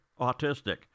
autistic